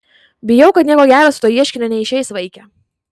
bijau kad nieko gero su tuo ieškiniu neišeis vaike